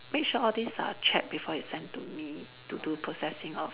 make sure all these are check before you send to me to do processing of